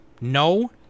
No